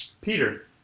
Peter